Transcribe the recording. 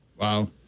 Wow